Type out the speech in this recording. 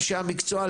אנשי המקצוע,